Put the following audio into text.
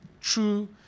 True